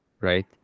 right